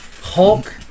Hulk